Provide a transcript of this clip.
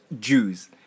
Jews